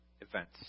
events